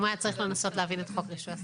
אם הוא היה צריך לנסות להבין את חוק רישוי עסקים.